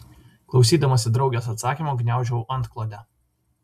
klausydamasi draugės atsakymo gniaužau antklodę